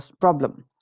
problem